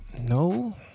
No